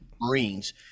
Marines